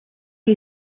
you